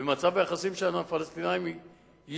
ומצב היחסים שלנו עם הפלסטינים ישתפר,